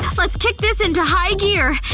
let's kick this into high gear.